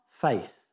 faith